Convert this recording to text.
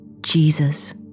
Jesus